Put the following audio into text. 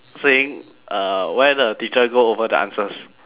seeing uh where the teacher go over the answers